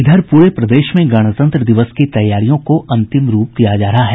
इधर पूरे प्रदेश में गणतंत्र दिवस की तैयारियों को अंतिम रूप दिया जा रहा है